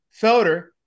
Felder